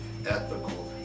ethical